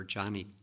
Johnny